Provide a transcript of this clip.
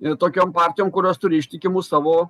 i tokiom partijom kurios turi ištikimų savo